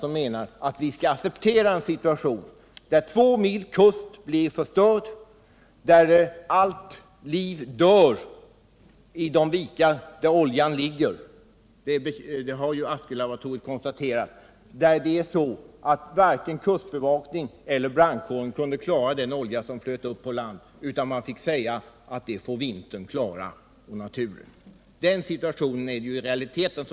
Han menar att vi skall acceptera en situation där två mils kust blir förstörd, där allt liv dör i de vikar där oljan ligger — det har ju konstaterats vid Askölaboratoriet — och där varken kustbevakningen eller brandkåren kunde klara den olja som flöt upp på land utan måste säga, att det fick bli en uppgift för vintern och naturen.